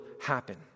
happen